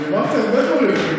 אני אמרתי הרבה דברים.